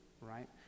right